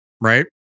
right